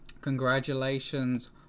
Congratulations